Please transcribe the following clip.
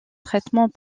traitement